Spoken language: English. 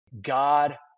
God